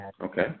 Okay